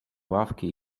ławki